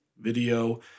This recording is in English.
video